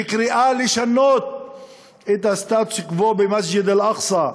בקריאה לשנות את הסטטוס-קוו במסגד אל-אקצא.